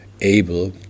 able